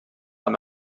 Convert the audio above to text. amb